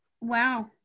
Wow